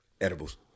Edibles